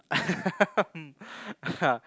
um uh